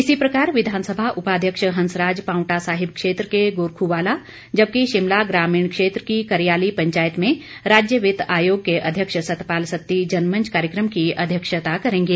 इसी प्रकार विधानसभा उपाध्यक्ष हंसराज पावंटा साहिब क्षेत्र के गोरखुवाला जबकि शिमला ग्रामीण क्षेत्र की करियाली पंचायत में राज्य वित्त आयोग के अध्यक्ष सत्तपाल सत्ती जनमंच कार्यक्रम की अध्यक्षता करेंगे